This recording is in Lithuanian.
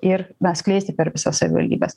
ir na skleisti per visas savivaldybes